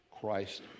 Christ